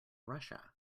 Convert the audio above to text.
russia